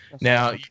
Now